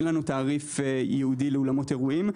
אין תעריף ייעודי לאולמות אירועים.